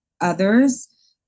others